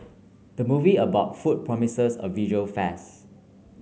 the movie about food promises a visual feasts